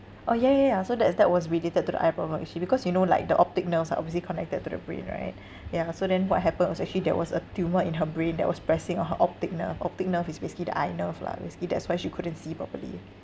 oh ya ya ya so that's that was related to the eye problem actually because you know like the optic nerves are obviously connected to the brain right ya so then what happened was actually there was a tumor in her brain that was pressing uh her optic nerve optic nerve is basically the eye nerve lah basically that's why she couldn't see properly